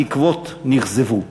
התקוות נכזבו".